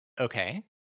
Okay